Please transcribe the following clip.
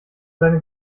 seine